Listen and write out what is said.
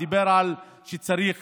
הוא דיבר על כך שצריך